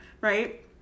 right